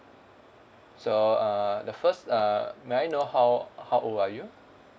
so err the first uh may I know how how old are you